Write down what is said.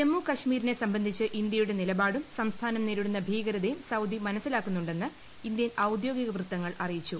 ജമ്മു കാശ്മിരിനെ സംബന്ധിച്ച് ഇന്ത്യയുടെ നിലപാടുംസംസ്ഥാനം നേരിടുന്ന ഭീകരത്തയും സൌദി മനസ്സിലാക്കുന്നുണ്ടെന്ന് ഇന്ത്യൻ ഔദ്യോട്ടുഗിക് ്വൃത്തങ്ങൾ അറിയിച്ചു